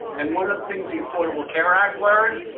and one of the things the affordable care act learned,